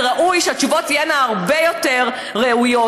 וראוי שהתשובות תהיינה הרבה יותר ראויות.